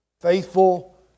faithful